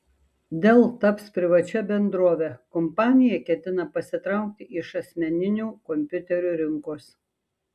dell taps privačia bendrove kompanija ketina pasitraukti iš asmeninių kompiuterių rinkos